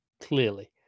clearly